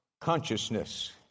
consciousness